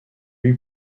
lui